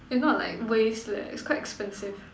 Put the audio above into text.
if not like waste leh it's quite expensive